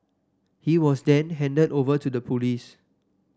he was then handed over to the police